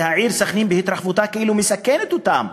שהעיר סח'נין בהתרחבותה כאילו מסכנת אותם.